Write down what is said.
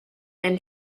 and